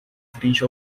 frente